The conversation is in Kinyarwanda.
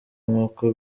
nk’uko